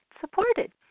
supported